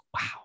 wow